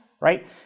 right